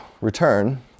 return